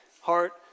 heart